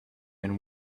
and